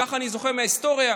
ככה אני זוכר מההיסטוריה,